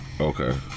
Okay